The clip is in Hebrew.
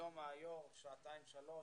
ייזום היושב ראש שעתיים-שלוש,